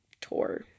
tour